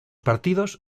partidos